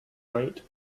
night